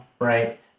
right